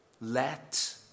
Let